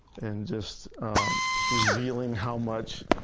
and just just revealing how much